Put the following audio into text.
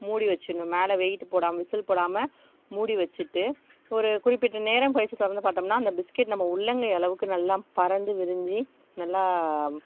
மூடி வச்சிடுணும் மேலே வெயிட்டு போடாமல் விசில் போடாமல் மூடி வச்சுட்டு ஒரு குறிப்பிட்ட நேரம் கழிச்சு திறந்து பார்த்தோம்னா அந்த பிஸ்கேட் நம்ம உள்ளங்கை அளவுக்கு நல்லா பரந்து விரிஞ்சு நல்லா